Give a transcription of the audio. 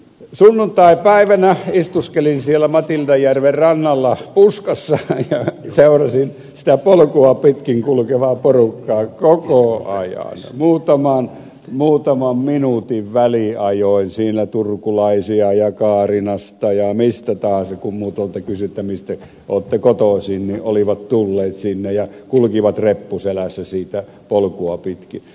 sunnuntaipäivänä istuskelin siellä matildajärven rannalla puskassa ja seurasin sitä polkua pitkin kulkevaa porukkaa koko ajan muutaman minuutin väliajoin turusta kaarinasta ja mistä tahansa kun muutamalta kysyin että mistä olette kotoisin olivat tulleet sinne ja kulkivat reppu selässä sitä polkua pitkin